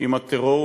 עם הטרור,